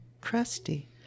crusty